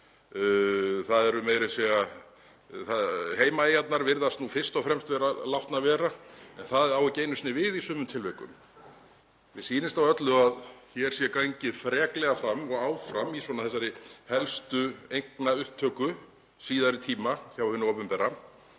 sinna um árhundruð. Heimaeyjarnar virðast fyrst og fremst vera látnar vera en það á ekki einu sinni við í sumum tilvikum. Mér sýnist á öllu að hér sé gengið freklega fram og áfram í þessari helstu eignaupptöku síðari tíma hjá hinu opinbera